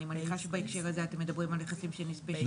אני מניחה שבהקשר הזה אתם מדברים על נכסים של נספי שואה.